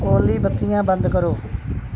ਓਲੀ ਬੱਤੀਆਂ ਬੰਦ ਕਰੋ